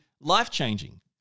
life-changing